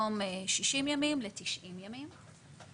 במקום 60 ימים ל-90 ימים.